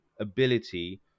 ability